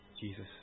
Jesus